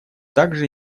также